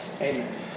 Amen